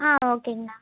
ஆ ஓகேங்கண்ணா